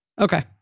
Okay